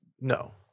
no